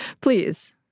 Please